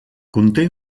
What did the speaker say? conté